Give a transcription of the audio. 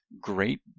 great